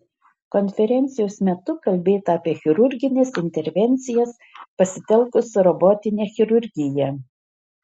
konferencijos metu kalbėta apie chirurgines intervencijas pasitelkus robotinę chirurgiją